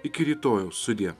iki rytojaus sudie